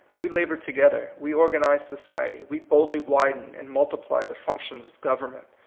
we labor together, we organize society, we boldly widen and multiply the functions of government,